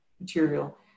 material